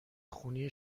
خونی